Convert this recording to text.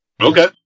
Okay